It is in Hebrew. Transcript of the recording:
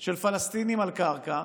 של פלסטינים על קרקע